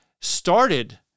started